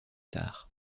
tard